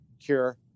cure